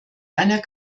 einer